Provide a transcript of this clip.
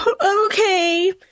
okay